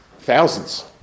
thousands